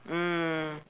mm